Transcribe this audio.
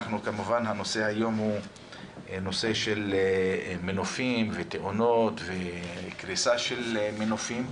כמובן שהנושא היום הוא נושא של מנופים ותאונות וקריסה של מנופים.